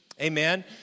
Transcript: Amen